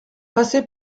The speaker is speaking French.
passer